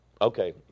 Okay